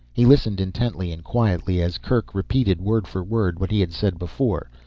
he listened intently and quietly as kerk repeated word for word what he had said before,